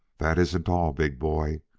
that isn't all, big boy.